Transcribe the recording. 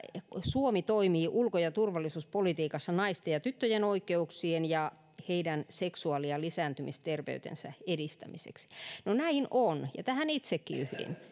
suomi toimii ulko ja turvallisuuspolitiikassa naisten ja tyttöjen oikeuksien ja heidän seksuaali ja lisääntymisterveytensä edistämiseksi no näin on ja tähän itsekin yhdyn